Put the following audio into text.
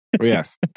Yes